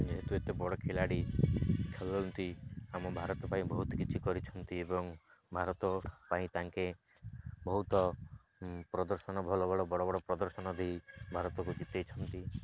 ଯେହେତୁ ଏତେ ବଡ଼ ଖେିଲାଡ଼ି ଖେଳନ୍ତି ଆମ ଭାରତ ପାଇଁ ବହୁତ କିଛି କରିଛନ୍ତି ଏବଂ ଭାରତ ପାଇଁ ତାଙ୍କେ ବହୁତ ପ୍ରଦର୍ଶନ ଭଲ ଭଲ ବଡ଼ ବଡ଼ ପ୍ରଦର୍ଶନ ଦେଇ ଭାରତକୁ ଜିତେଇଛନ୍ତି